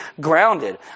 grounded